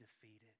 defeated